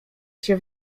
się